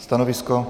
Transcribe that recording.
Stanovisko?